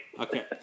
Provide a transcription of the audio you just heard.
Okay